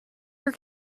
your